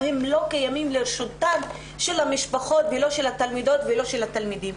לא קיימים לרשותן של המשפחות ושל התלמידות והתלמידים.